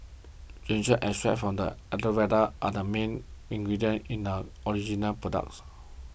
ginseng extracts from the Aloe Vera are the main ingredients in the original products